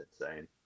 insane